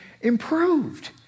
improved